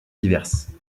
diverse